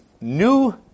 new